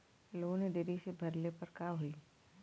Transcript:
Loan देरी से भरले पर का होई?